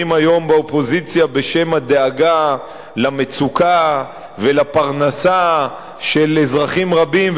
היום באופוזיציה בשם הדאגה למצוקה ולפרנסה של אזרחים רבים,